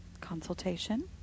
consultation